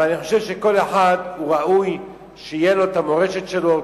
אבל אני חושב שכל אחד ראוי שתהיה לו המורשת שלו,